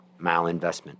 malinvestment